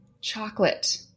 chocolate